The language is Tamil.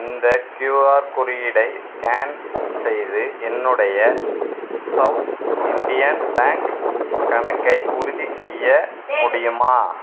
இந்த க்யூஆர் குறியீடை ஸ்கேன் செய்து என்னுடைய சவுத் இண்டியன் பேங்க் கணக்கை உறுதி செய்ய முடியுமா